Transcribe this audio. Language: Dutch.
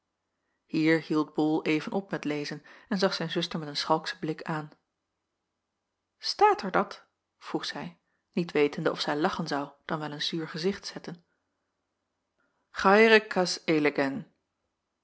hier hield bol even op met lezen en zag zijn zuster met een schalkschen blik aan staat er dat vroeg zij niet wetende of zij lachen zou dan wel een zuur gezicht zetten zoo